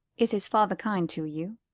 is his father kind to you?